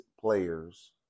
players